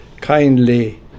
kindly